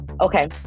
Okay